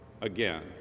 again